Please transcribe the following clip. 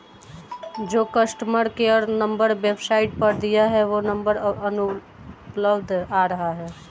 जो customer care number website पर दिया है वो नंबर अनुपलब्ध आ रहा है